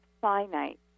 finite